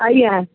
ଆଜ୍ଞା